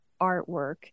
artwork